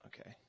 Okay